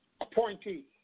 appointee